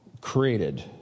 created